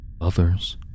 Others